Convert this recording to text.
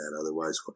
Otherwise